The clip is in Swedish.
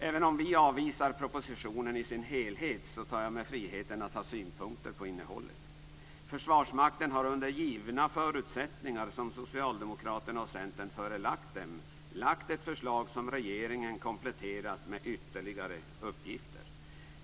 Även om vi avvisar propositionen i dess helhet, tar jag mig friheten att ha synpunkter på innehållet. Försvarsmakten har under givna förutsättningar som Socialdemokraterna och Centern förelagt lagt fram ett förslag som regeringen kompletterat med ytterligare uppgifter.